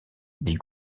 dit